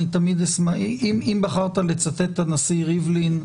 אם בחרת לצטט את הנשיא ריבלין,